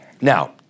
Now